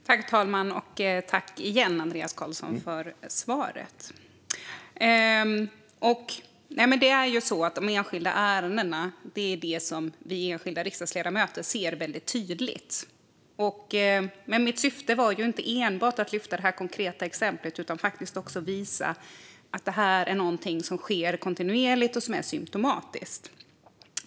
Fru talman! Jag tackar åter Andreas Carlson för svaret. De enskilda ärendena är det som vi enskilda riksdagsledamöter ser väldigt tydligt. Men mitt syfte var inte enbart att lyfta fram det här konkreta exemplet utan också att visa att det här är någonting som sker kontinuerligt och som är symtomatiskt.